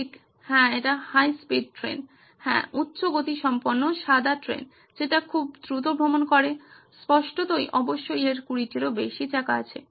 ঠিক হ্যাঁ এটা হাই স্পিড ট্রেন হ্যাঁ উচ্চগতিসম্পন্ন সাদা ট্রেন যেটা খুব দ্রুত ভ্রমণ করে স্পষ্টতই অবশ্যই এর 20 টিরও বেশি চাকা আছে